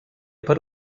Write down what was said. per